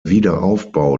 wiederaufbau